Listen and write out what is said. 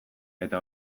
eta